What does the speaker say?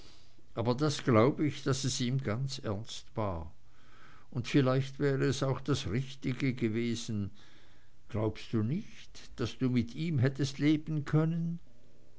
aber das glaub ich daß es ihm ganz ernst war und vielleicht wäre es auch das richtige gewesen glaubst du nicht daß du mit ihm hättest leben können